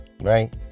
right